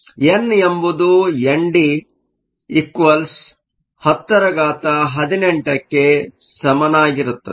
ಆದ್ದರಿಂದ ಎನ್ ಎಂಬುದು ಎನ್ಡಿ1018 ಕ್ಕೆ ಸಮಾನವಾಗಿರುತ್ತದೆ